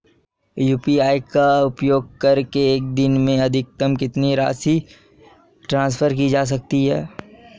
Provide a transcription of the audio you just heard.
UPI का उपयोग करके एक दिन में अधिकतम कितनी राशि ट्रांसफर की जा सकती है?